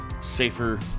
safer